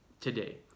today